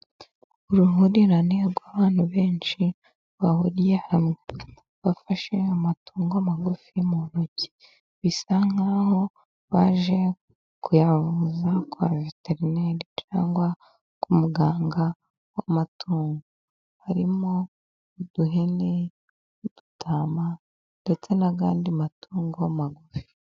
Uruhurirane rw'abantu benshi bahuriye hamwe, bafashe amatungo magufi mu ntoki bisa nk'aho baje kuyavuza kwa veterineri cyangwa ku muganga w'amatungo, harimo uduhene, udutama, ndetse n'andi matungo magufi.